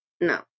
No